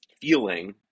feeling